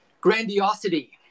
grandiosity